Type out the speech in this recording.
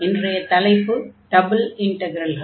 இன்றைய தலைப்பு டபுள் இன்டக்ரல்கள்